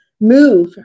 move